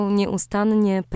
nieustannie